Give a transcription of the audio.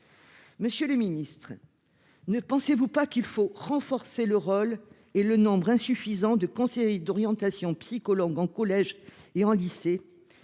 Monsieur le ministre, ne pensez-vous pas qu'il faudrait renforcer le rôle et le nombre- qui est insuffisant -des conseillers d'orientation psychologues en collège et en lycée,